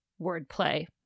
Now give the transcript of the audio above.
wordplay